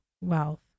wealth